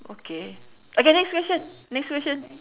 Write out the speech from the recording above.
okay okay next question next question